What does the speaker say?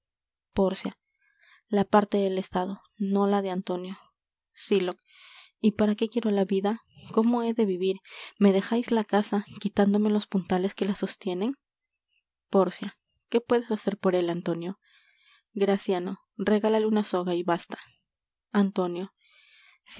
pórcia la parte del estado no la de antonio sylock y para qué quiero la vida cómo he de vivir me dejais la casa quitándome los puntales que la sostienen pórcia qué puedes hacer por él antonio graciano regálale una soga y basta antonio